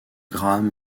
graham